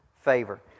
favor